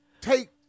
take